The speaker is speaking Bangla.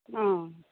হুম